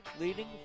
leading